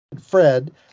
Fred